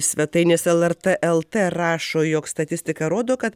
svetainės lrt lt rašo jog statistika rodo kad